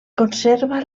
conserva